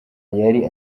yari